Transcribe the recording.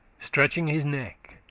stretching his neck,